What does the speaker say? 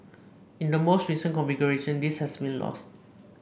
in the more recent configuration this has been lost